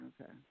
Okay